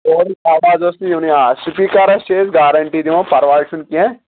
اورٕچ آواز ٲسۍ نہٕ یِونٕے اتھ سپیٖکرس چھِ أسۍ گارنٹی دِوان پرواے چھُنہٕ کینٛہہ